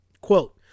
Quote